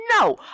no